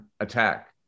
attack